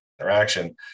interaction